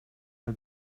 mal